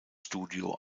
studio